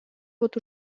вот